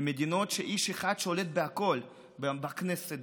ממדינות שבהן איש אחד שולט בכול: בכנסת,